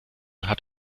hat